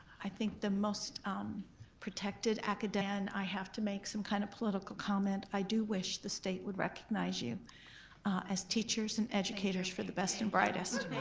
i think the most um protected um and and i have to make some kind of political comment. i do wish the state would recognize you as teachers and educators for the best and brightest. thank